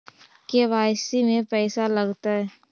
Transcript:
KYC में पैसा लगतै?